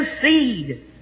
seed